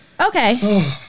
okay